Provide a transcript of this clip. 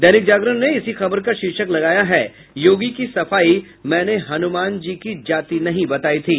दैनिक जागरण ने इसी खबर का शीर्षक लगाया है योगी की सफाई मैंने हनूमान जी की जाति नहीं बतायी थी